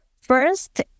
First